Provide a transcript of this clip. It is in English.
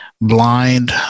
blind